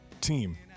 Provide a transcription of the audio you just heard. team